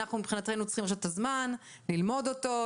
אנחנו מבחינתנו צריכים עכשיו את הזמן על מנת ללמוד אותו,